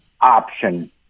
option